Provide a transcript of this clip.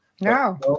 No